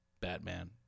Batman